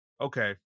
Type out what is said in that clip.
okay